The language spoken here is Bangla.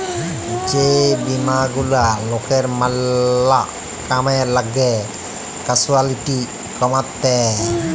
যে বীমা গুলা লকের ম্যালা কামে লাগ্যে ক্যাসুয়ালটি কমাত্যে